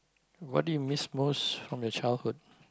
what do you miss most from your childhood